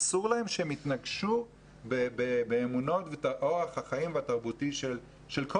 אסור להם שהם יתנגשו באמונות ובאורח החיים התרבותי של כל